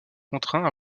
contraint